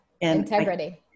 Integrity